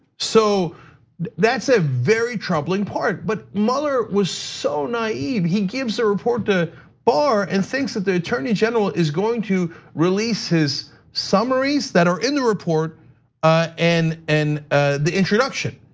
so that's a very troubling part. but mueller was so naive, he gives the report to barr, and thinks that the attorney general is going to release his summaries that are in the report ah and and the introduction.